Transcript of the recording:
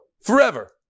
Forever